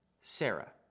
Sarah